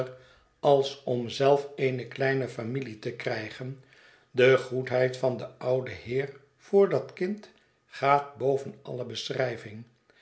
als om zelf eene kleine familie te krijgen de goedheid van den ouden heer voor dat kind gaat boven alle beschrijving